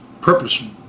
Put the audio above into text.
purpose